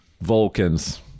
Vulcans